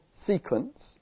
sequence